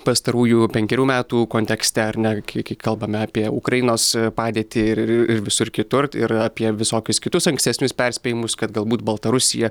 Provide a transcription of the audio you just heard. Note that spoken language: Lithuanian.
pastarųjų penkerių metų kontekste ar netgi kai kalbame apie ukrainos padėtį ir ir visur kitur ir apie visokius kitus ankstesnius perspėjimus kad galbūt baltarusija